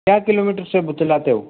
क्या किलोमीटर से चलाते हो